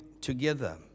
together